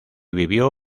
vivió